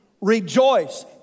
rejoice